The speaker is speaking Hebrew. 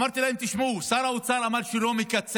אמרתי להם: תשמעו, שר האוצר אמר שהוא לא מקצץ,